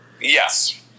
Yes